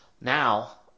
now